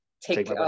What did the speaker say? Take